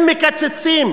אם מקצצים,